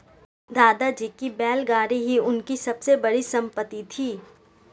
दादाजी की बैलगाड़ी ही उनकी सबसे बड़ी संपत्ति थी